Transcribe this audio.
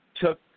took